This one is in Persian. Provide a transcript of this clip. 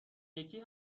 یکی